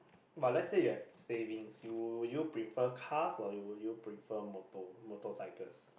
but let says you have savings you would you prefer cars or would you prefer motor motorcycles